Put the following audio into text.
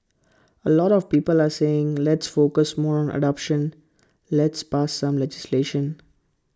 A lot of people are saying let's focus more on adoption let's pass some legislation